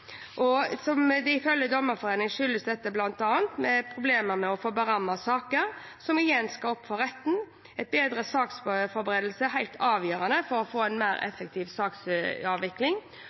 Ifølge Dommerforeningen skyldes dette bl.a. problemer med å få berammet sakene som skal opp for retten. En bedre saksforberedelse er helt avgjørende for å få en mer effektiv saksavvikling.